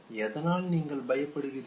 எதனால் நீங்கள் பயப்படுகிறீர்கள்